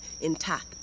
intact